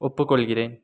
ஒப்புக்கொள்கிறேன்